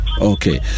okay